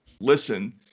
listen